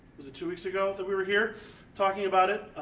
was it two weeks ago that we were here talking about it?